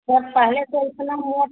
sir पहले तो उतना हुआ